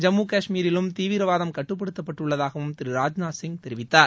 ஜம்மு கஷ்மீரிலும் தீவிரவாதம் கட்டுப்படுத்தப்பட்டுள்ளதாகவும் திரு ராஜ்நாத்சிய் தெரிவித்தார்